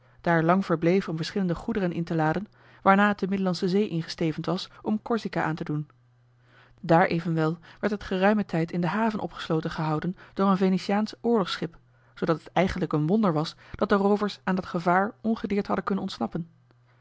daar lang verbleef om verschillende goederen in te laden waarna het de middellandsche zee ingestevend was om corsica aan te doen daar evenwel werd het geruimen tijd in de haven opgesloten gehouden door een venetiaansch oorlogsschip zoodat het eigenlijk een wonder was dat de roovers aan dat gevaar ongedeerd hadden kunnen ontsnappen